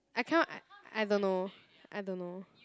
I cannot I don't know I don't know